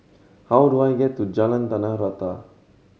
how do I get to Jalan Tanah Rata